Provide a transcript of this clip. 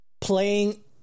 Playing